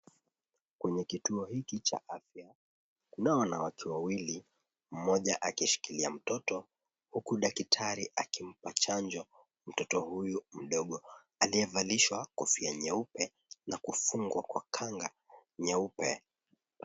Kwenye kituo hiki cha afya, kunao wanawake wawili, mmoja akishikilia mtoto, huku daktari akimpa chanjo mtoto huyu mdogo aliyevalishwa kofia nyeupe na kufungwa kwa kanga nyeupe.